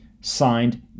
Signed